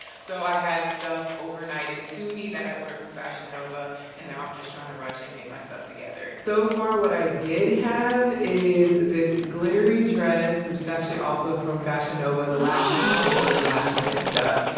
so i had stuff overnighted to me that i ordered from fashion nova and now i'm just trying to rush and get my stuff together. so far what i did have is this glittery dress, which is actually also from fashion nova the last time i was ordering last minute stuff.